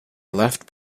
left